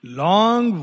long